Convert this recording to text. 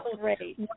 great